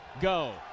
go